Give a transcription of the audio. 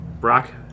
Brock